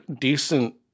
decent